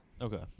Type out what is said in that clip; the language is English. Okay